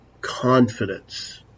confidence